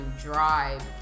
drive